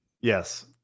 Yes